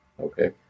okay